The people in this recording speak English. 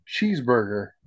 cheeseburger